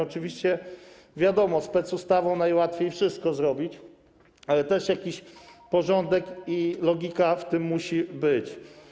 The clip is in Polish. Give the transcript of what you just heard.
Oczywiście wiadomo, specustawą najłatwiej wszystko zrobić, ale też jakiś porządek i logika w tym muszą być.